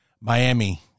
Miami